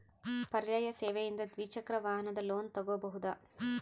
ಪರ್ಯಾಯ ಸೇವೆಯಿಂದ ದ್ವಿಚಕ್ರ ವಾಹನದ ಲೋನ್ ತಗೋಬಹುದಾ?